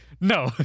no